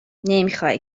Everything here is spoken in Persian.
نمیخای